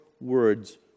words